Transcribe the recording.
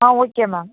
ah okay ma'am